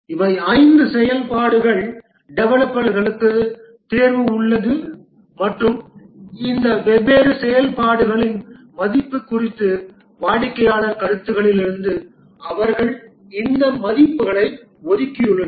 இவை ஐந்து செயல்பாடுகள் டெவலப்பர்களுக்கு தேர்வு உள்ளது மற்றும் இந்த வெவ்வேறு செயல்பாடுகளின் மதிப்பு குறித்த வாடிக்கையாளர் கருத்துக்களிலிருந்து அவர்கள் இந்த மதிப்புகளை ஒதுக்கியுள்ளனர்